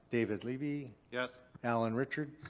david lieby. yes. allen richards.